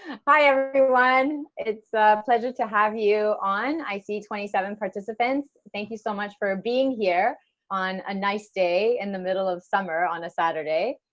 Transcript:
hi everyone, it's a pleasure to have you on. i see twenty seven participants, thank you so much for being here on a nice day in the middle of summer on a saturday.